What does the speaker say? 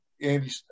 Andy